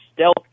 stealth